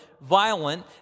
violent